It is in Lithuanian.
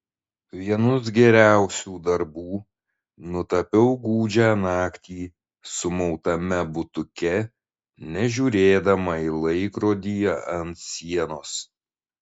vienus geriausių darbų nutapiau gūdžią naktį sumautame butuke nežiūrėdama į laikrodį ant sienos